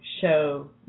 show